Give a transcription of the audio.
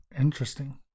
Interesting